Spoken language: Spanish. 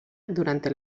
durante